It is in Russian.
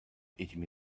этими